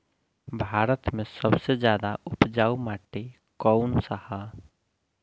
भारत मे सबसे ज्यादा उपजाऊ माटी कउन सा ह?